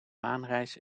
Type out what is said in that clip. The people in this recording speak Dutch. maanreis